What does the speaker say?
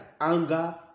Anger